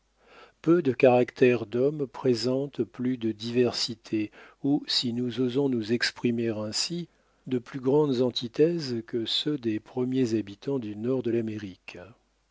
peu de caractères d'hommes présentent plus de diversité ou si nous osons nous exprimer ainsi de plus grandes antithèses que ceux des premiers habitants du nord de l'amérique